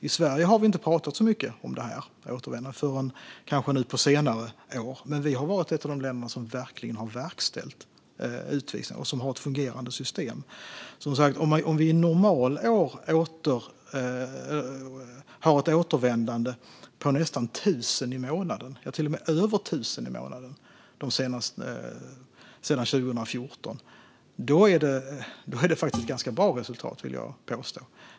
I Sverige har vi inte pratat så mycket om återvändande förrän kanske nu på senare år. Men vi har varit ett av de länder som verkligen verkställt utvisningar, och vi har ett fungerande system. Ett normalår har vi ett återvändande på nästan 1 000 i månaden, sedan 2014 till och med över 1 000 i månaden. Det är faktiskt ganska bra resultat, vill jag påstå.